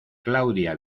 claudia